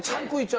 ugly